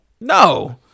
No